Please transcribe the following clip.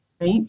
right